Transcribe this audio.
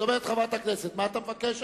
חברת הכנסת רחל